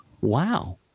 Wow